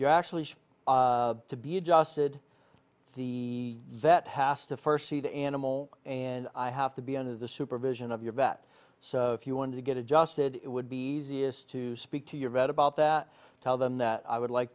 you're actually to be adjusted to the vet has to first see the animal and i have to be under the supervision of your vet so if you want to get adjusted it would be easiest to speak to your vet about that tell them that i would like